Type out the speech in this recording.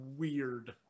Weird